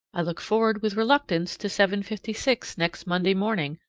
i look forward with reluctance to seven fifty six next monday morning,